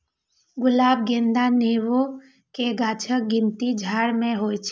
गुलाब, गेंदा, नेबो के गाछक गिनती झाड़ मे होइ छै